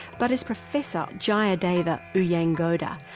but as professor jayadeva uyangoda,